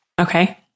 Okay